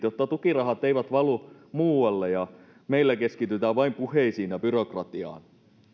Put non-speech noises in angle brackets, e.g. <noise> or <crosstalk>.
<unintelligible> jotta tukirahat eivät valu muualle ja meillä keskitytä vain puheisiin ja byrokratiaan